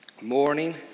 Morning